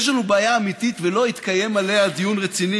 יש לנו בעיה אמיתית ולא התקיים עליה דיון רציני,